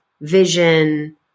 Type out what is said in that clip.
vision